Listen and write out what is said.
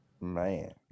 Man